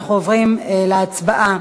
אנחנו עוברים להצבעה